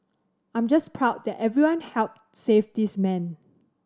I'm just proud that everyone helped save this man